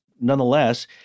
nonetheless